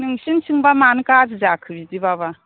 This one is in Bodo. नोंसोरनिथिंबा मानो गाज्रि जाखो बिदिबा बा